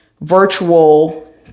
virtual